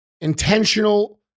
intentional